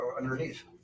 underneath